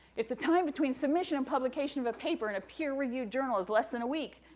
if the time between submission and publication of a paper in a peer-reviewed journal is less than a week,